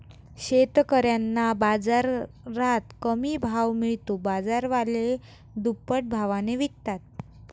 शेतकऱ्यांना बाजारात कमी भाव मिळतो, बाजारवाले दुप्पट भावाने विकतात